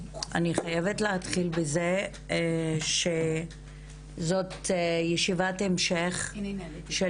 אני חייבת להתחיל בזה שזאת ישיבת המשך של